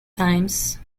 times